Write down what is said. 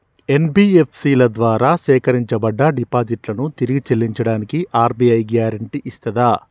NBFC ల ద్వారా సేకరించబడ్డ డిపాజిట్లను తిరిగి చెల్లించడానికి ఆర్.బి.ఐ గ్యారెంటీ ఇస్తదా?